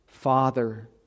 Father